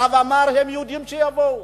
הרב עמאר: הם יהודים, שיבואו.